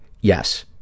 Yes